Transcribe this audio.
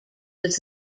was